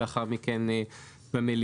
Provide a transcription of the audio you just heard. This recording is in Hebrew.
ולאחר מכן במליאה.